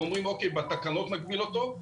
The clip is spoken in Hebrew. ואומרים שבתקנות נגביל אותו,